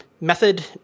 method